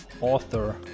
author